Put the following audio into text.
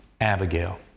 Abigail